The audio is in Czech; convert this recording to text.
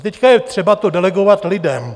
Teď je třeba to delegovat lidem.